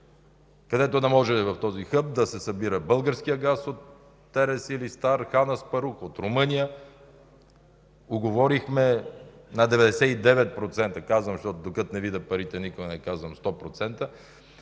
където да може в този хъб да се събира българският газ от „Терес”, „Силистар”, „Хан Аспарух”, от Румъния. Уговорихме на 99%, защото докато не видя парите никога не казвам 100%,